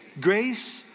Grace